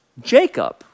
Jacob